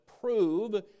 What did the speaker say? prove